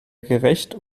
gerecht